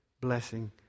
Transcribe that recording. blessing